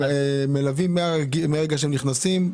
מלווים מהרגע שהם נכנסים,